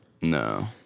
No